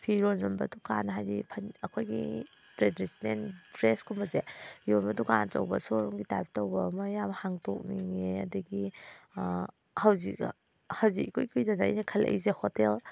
ꯐꯤꯔꯣꯟ ꯌꯣꯟꯕ ꯗꯨꯀꯥꯟ ꯍꯥꯏꯗꯤ ꯑꯩꯈꯣꯏꯒꯤ ꯇ꯭ꯔꯦꯗꯤꯁꯟꯅꯦꯜ ꯗ꯭ꯔꯦꯁ ꯀꯨꯝꯕꯁꯦ ꯌꯣꯟꯕ ꯗꯨꯀꯥꯟ ꯑꯆꯧꯕ ꯁꯣꯔꯨꯝꯒꯤ ꯇꯥꯏꯞ ꯇꯧꯕ ꯑꯃ ꯌꯥꯝ ꯍꯥꯡꯇꯣꯛꯅꯤꯡꯉꯦ ꯑꯗꯒꯤ ꯍꯧꯖꯤꯛ ꯍꯧꯖꯤꯛ ꯏꯀꯨꯏ ꯀꯨꯏꯗꯅ ꯑꯩꯅ ꯈꯜꯂꯛꯏꯁꯦ ꯍꯣꯇꯦꯜ